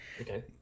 Okay